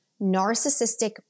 narcissistic